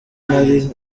nari